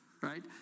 Right